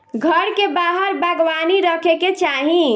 घर के बाहर बागवानी रखे के चाही